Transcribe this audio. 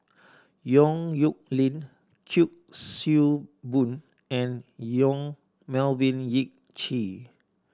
Yong Nyuk Lin Kuik Swee Boon and Yong Melvin Yik Chye